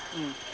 mm